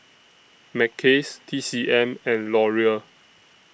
Mackays T C M and Laurier